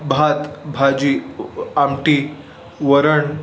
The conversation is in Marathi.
भात भाजी आमटी वरण